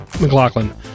McLaughlin